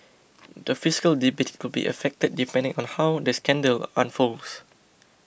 the fiscal debate could be affected depending on how the scandal unfolds